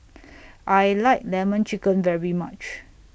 I like Lemon Chicken very much